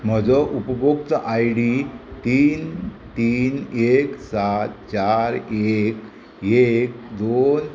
म्हजो उपभोक्ता I D तीन तीन एक सात चार एक एक दोन